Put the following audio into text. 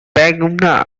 pangaea